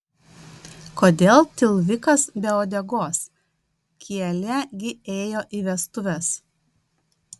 kodėl tilvikas be uodegos kielė gi ėjo į vestuves